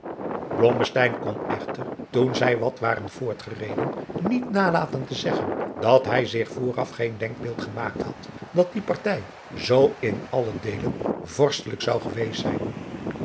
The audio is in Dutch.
kon echter toen zij wat waren voortgereden niet nalaten te zeggen dat hij zich vooraf geen denkbeeld gemaakt had dat die partij zoo in alle deelen vorstelijk zou geweest zijn